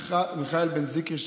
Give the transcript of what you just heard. מיכאל בן זיקרי,